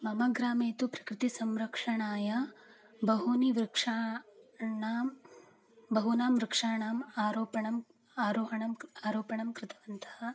मम ग्रामे तु प्रकृतिसंरक्षणाय बहूनि वृक्षाणां बहूनां वृक्षाणाम् आरोपणम् आरोहणम् आरोपणं कृतवन्तः